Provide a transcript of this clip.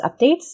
updates